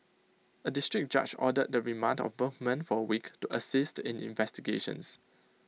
A District Judge ordered the remand of both men for A week to assist in investigations